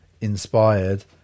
inspired